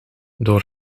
door